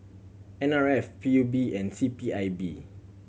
N R F P U B and C P I B